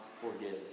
forgive